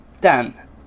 Dan